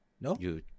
No